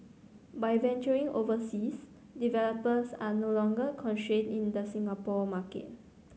by venturing overseas developers are no longer constrained in the Singapore market